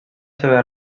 seva